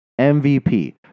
MVP